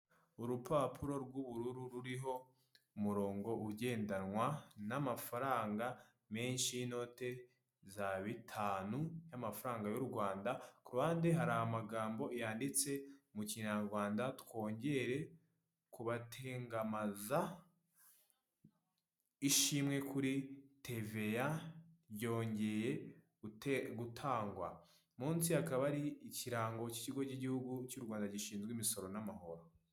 Urupapuro rw'ubururu ruriho umurongo ugendanwa n'amafaranga menshi y'inote za bitanu y'amafaranga y'u rwanda, ku ruhande hari amagambo yanditse mu kinyarwanda twongere kubatengamaza ishimwe kuri teveya ryongeye gutangwa, munsi hakaba hari ikirango k'ikigo cy'igihugu cy'u rwanda gishinzwe imisoro n'amahoro.